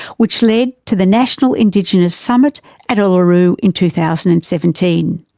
which led to the national indigenous summit at uluru in two thousand and seventeen.